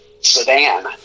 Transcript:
sedan